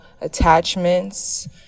attachments